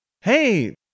Hey